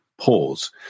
pause